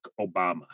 Obama